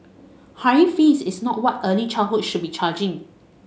high fees is not what early childhood should be charging